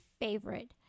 favorite